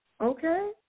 okay